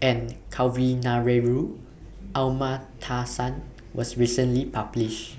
and Kavignareru Amallathasan was recently published